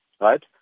right